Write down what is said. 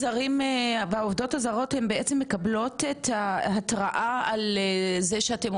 מקבלות את ההתרעה על זה שאתם עומדים לנכות מהם כספי פיקדון?